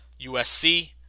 USC